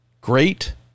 great